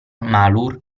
malur